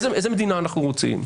איזה מדינה אנחנו רוצים,